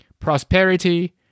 Prosperity